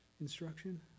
instruction